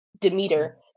Demeter